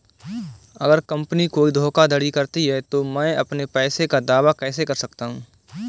अगर कंपनी कोई धोखाधड़ी करती है तो मैं अपने पैसे का दावा कैसे कर सकता हूं?